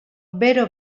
bero